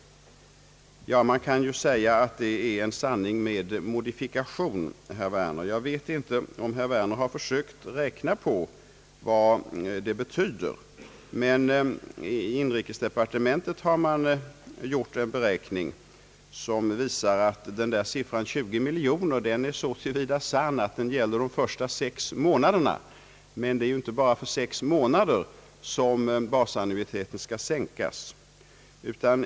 Man kan säga att detta är en sanning med modifikation. Jag vet inte om herr Werner har försökt räkna ut vad det betyder, men i inrikesdepartementet har man gjort en beräkning som visar att siffran 20 miljoner kronor är riktig så till vida att den gäller de första sex månaderna. Men det är inte bara för sex månader som basannuiteten skall sänkas.